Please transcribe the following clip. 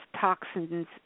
toxins